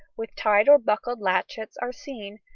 with tied or buckled latchets, are seen,